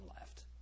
left